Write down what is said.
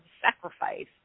sacrifice